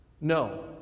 No